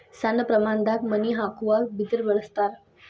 ಸಣ್ಣ ಪ್ರಮಾಣದಾಗ ಮನಿ ಹಾಕುವಾಗ ಬಿದರ ಬಳಸ್ತಾರ